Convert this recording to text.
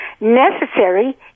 necessary